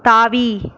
தாவி